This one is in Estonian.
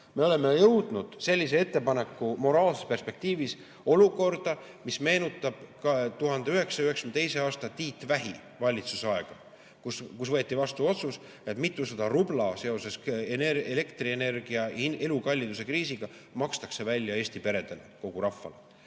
Me oleme jõudnud sellise ettepanekuga moraalses perspektiivis olukorda, mis meenutab 1992. aastat ja Tiit Vähi valitsusaega, kus võeti vastu otsus, et seoses elektrienergia ja elukalliduse kriisiga makstakse Eesti peredele, kogu rahvale,